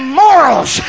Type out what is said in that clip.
morals